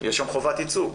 יש שם חובת ייצוג.